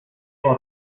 con